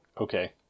Okay